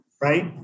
right